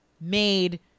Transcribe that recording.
made